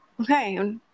Okay